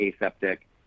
aseptic